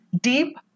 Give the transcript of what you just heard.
Deep